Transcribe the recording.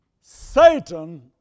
Satan